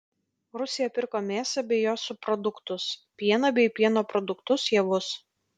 rusija pirko mėsą bei jos subproduktus pieną bei pieno produktus javus